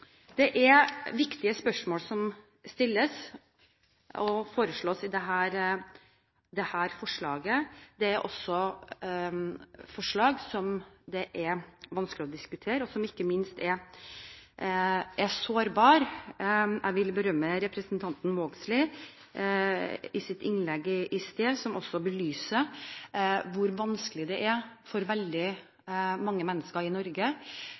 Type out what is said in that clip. Det er viktige spørsmål som stilles i dette forslaget. Det er også forslag som det er vanskelig å diskutere, og som ikke minst er sårbart. Jeg vil berømme representanten Vågslid, som i sitt innlegg i sted belyste hvor vanskelig det er for veldig mange mennesker i Norge